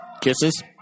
Kisses